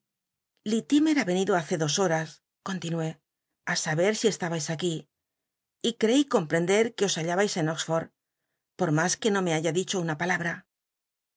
litlimcr ha renido hace dos horas continu é á sa ber si estabais aquí y ctcí comptemlet r ue os hallabais en oxfotd pot nws r uc no me haya dicho una palabl